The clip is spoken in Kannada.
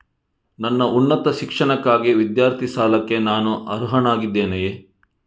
ನನ್ನ ಉನ್ನತ ಶಿಕ್ಷಣಕ್ಕಾಗಿ ವಿದ್ಯಾರ್ಥಿ ಸಾಲಕ್ಕೆ ನಾನು ಅರ್ಹನಾಗಿದ್ದೇನೆಯೇ?